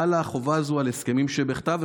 חלה החובה הזו על הסכמים שבכתב,